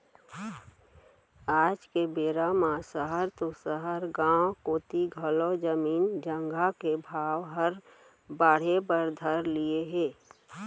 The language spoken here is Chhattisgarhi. आज के बेरा म सहर तो सहर गॉंव कोती घलौ जमीन जघा के भाव हर बढ़े बर धर लिये हे